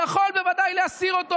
יכול בוודאי להסיר אותו.